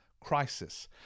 crisis